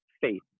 faith